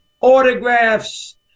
autographs